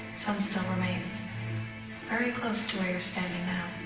some still remains very close to where you're standing now.